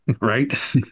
right